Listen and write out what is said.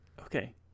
Okay